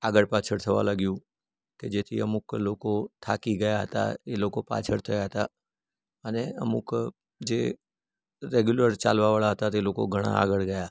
આગળ પાછળ થવા લાગ્યું કે જેથી અમૂક લોકો થાકી ગયા હતા એ લોકો પાછળ થયા હતા અને અમુક જે રેગ્યુલર ચાલવાવાળા હતા તે લોકો ઘણાં આગળ ગયા